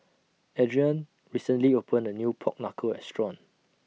Adrianne recently opened A New Pork Knuckle Restaurant